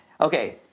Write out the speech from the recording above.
Okay